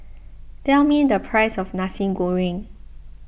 tell me the price of Nasi Goreng